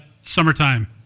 summertime